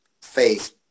face